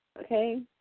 Okay